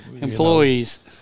Employees